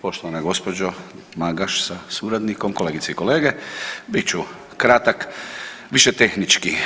Poštovana gospođo Magaš sa suradnikom, kolegice i kolege, bit ću kratak, više tehnički.